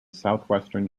southwestern